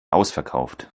ausverkauft